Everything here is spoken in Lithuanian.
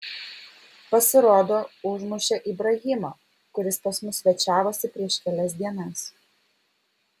pasirodo užmušė ibrahimą kuris pas mus svečiavosi prieš kelias dienas